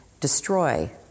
destroy